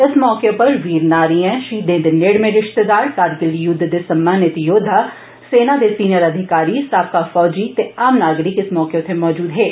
इस मौके उप्पर वीर नारियां षहीदें दे नेड़मे रिष्तेदार कारगिल युद्ध दे सम्मानत योद्वा सेना दे वरिश्ठ अधिकारी साबका फौजी ते आम नागरिकें इस मौके उप्पर मजूद हे